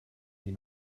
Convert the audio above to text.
die